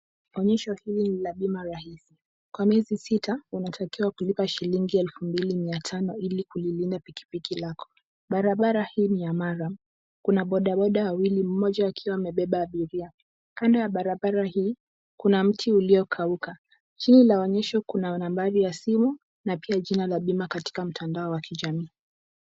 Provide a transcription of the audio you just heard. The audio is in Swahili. Onyesho hili ni la bima rahisi. Kwa miezi sita, unatakiwa kulipa shilingi elfu mbili mia tano ili kililinda pikipiki lako. Barabara hii ni ya murram , kuna bodaboda wawili mmoja akiwa amebeba abiria. Kando ya barabara hii kuna mti uliokauka. Chini la onyesho kuna nambari ya simu na pia jina la bima katika mtandao wa kijamii.